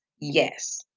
yes